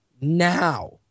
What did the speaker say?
now